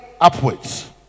upwards